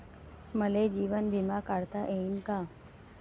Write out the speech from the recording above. मले जीवन बिमा काढता येईन का?